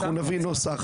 אנחנו נביא נוסח.